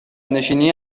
نشینی